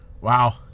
wow